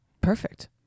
Perfect